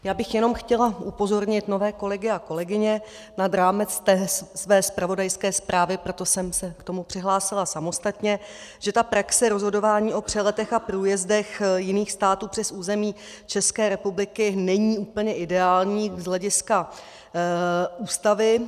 Já bych jenom chtěla upozornit nové kolegy a kolegyně nad rámec své zpravodajské zprávy, proto jsem se k tomu přihlásila samostatně, že ta praxe rozhodování o přeletech a průjezdech jiných států přes území České republiky není úplně ideální z hlediska Ústavy.